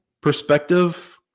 perspective